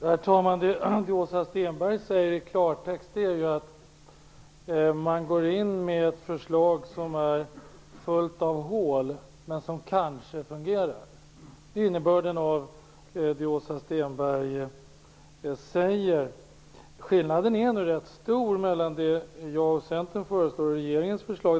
Herr talman! Det Åsa Stenberg säger innebär i klartext att man lägger fram ett förslag som är fullt av hål, men som kanske fungerar. Det är innebörden av det Åsa Stenberg säger. Skillnaden är nu rätt stor mellan det jag och Centern föreslår och det som regeringen föreslår.